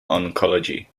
oncology